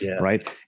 Right